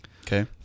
Okay